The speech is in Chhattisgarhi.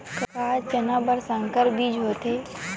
का चना बर संकर बीज होथे?